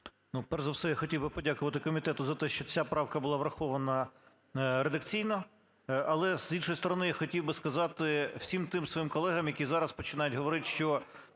Ну, перш за все я хотів би подякувати комітету за те, що ця правка була врахована редакційно, але, з іншої сторони, я хотів би сказати всім тим своїм колегам, які зараз починають говорити, що